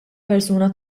persuna